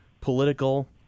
political